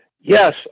Yes